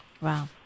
Wow